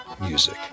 music